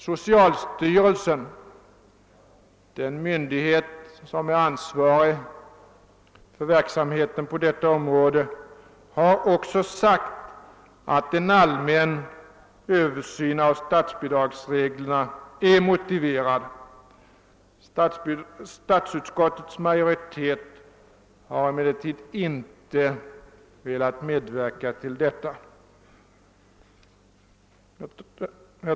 Socialstyrelsen — den myndighet som är ansvarig för verksamheten på detta område — har också sagt att en allmän översyn av statsbidragsreglerna är motiverad. Statsutskottets majoritet har emellertid inte velat medverka till detta.